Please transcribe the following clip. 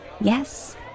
yes